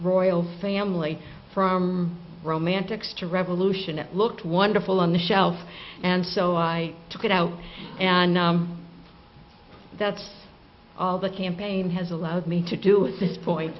royal family from romantics to revolution it looked wonderful on the shelf and so i took it out and that's all the campaign has allowed me to do with this point